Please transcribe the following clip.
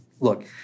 look